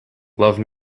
love